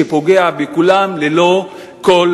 שפוגע בכולם ללא כל